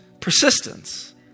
persistence